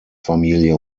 familie